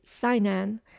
sinan